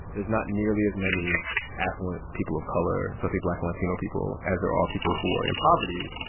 there's not nearly as many affluent people of color, especially black and latino people, as there are people who are in poverty,